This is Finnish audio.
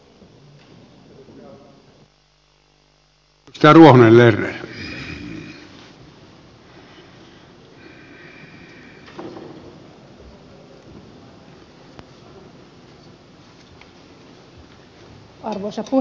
arvoisa puhemies